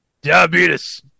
Diabetes